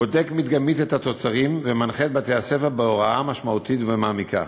בודק מדגמית את התוצרים ומנחה את בתי-הספר בהוראה משמעותית ומעמיקה.